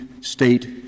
state